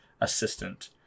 assistant